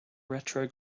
retro